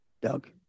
Doug